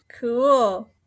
Cool